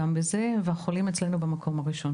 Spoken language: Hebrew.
החולים אצלנו במקום הראשון.